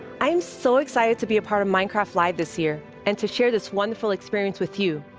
i am so excited to be a part of minecraft live this year and to share this wonderful experience with you,